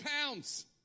pounds